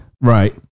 right